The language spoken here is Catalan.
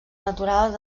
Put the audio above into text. naturals